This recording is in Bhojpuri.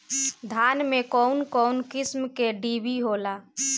धान में कउन कउन किस्म के डिभी होला?